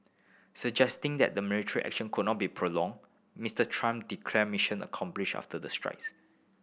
suggesting that the military action would not be prolonged Mister Trump declared mission accomplished after the strikes